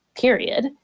period